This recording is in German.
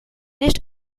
nicht